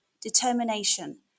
determination